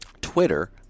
Twitter